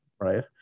right